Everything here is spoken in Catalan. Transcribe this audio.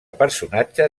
personatge